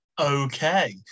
Okay